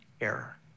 error